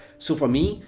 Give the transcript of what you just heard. so for me,